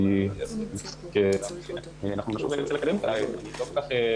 הוועדה היא זאת שביקשה לערוך בזה כל מיני שינויים ופיצולים,